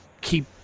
keep